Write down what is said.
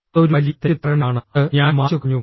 അതൊരു വലിയ തെറ്റിദ്ധാരണയാണ് അത് ഞാൻ മായ്ച്ചു കളഞ്ഞു